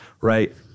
Right